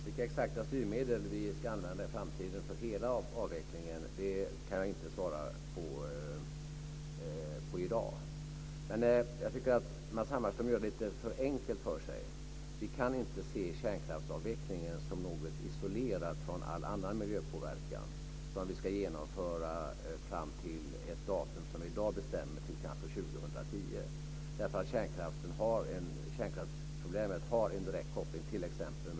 Fru talman! Jag kan i dag inte svara på vilka exakta styrmedel vi ska använda i framtiden för hela avvecklingen. Jag tycker att Matz Hammarström gör det lite för enkelt för sig. Vi kan inte se kärnkraftsavvecklingen som något isolerat från all annan miljöpåverkan och som något som vi ska genomföra fram till ett datum som vi i dag bestämmer till kanske 2010. Kärnkraftsproblemet har en direkt koppling till t.ex.